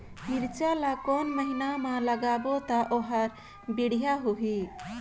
मिरचा ला कोन महीना मा लगाबो ता ओहार बेडिया होही?